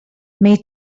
may